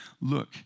look